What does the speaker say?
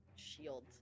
Shield